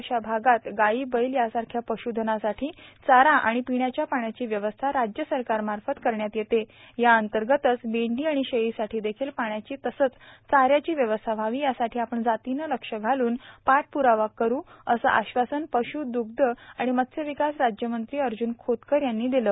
अशा भागात गाई बैल यासारख्या पशूधनासाठी चारा आणि पिण्याच्या पाण्याची व्यवस्था राज्य सरकारमार्फत करण्यात येते यांतर्गतच मेंढी आणि शेळीसाठी देखील पाण्याची तसंच चाऱ्याची व्यवस्था व्हावी यासाठी आपण जातीने लक्ष घालून पाठप्रावा करू अस आश्वासन पशू दुग्ध आणि मत्स्य विकास राज्यमंत्री अर्जून खोतकर यांनी दिले